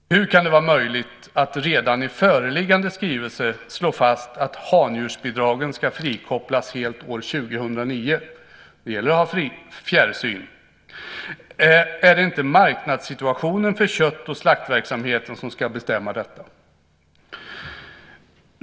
Hur kan det vara möjligt att redan i föreliggande skrivelse slå fast att handjursbidragen ska frikopplas helt år 2009? Det gäller att har fjärrsyn. Är det inte marknadssituationen för kött och slaktverksamheten som ska bestämma detta?